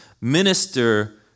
minister